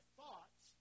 thoughts